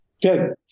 Good